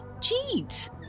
Cheat